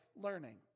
learning